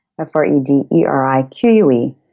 F-R-E-D-E-R-I-Q-U-E